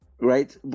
Right